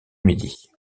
midi